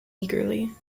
eagerly